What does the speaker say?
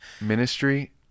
ministry